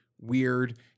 weird